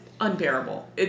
unbearable